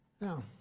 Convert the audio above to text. Now